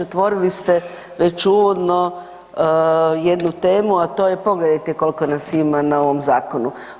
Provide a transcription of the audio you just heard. Otvorili ste već uvodno jednu temu, a to je pogledajte koliko nas ima na ovom zakonu?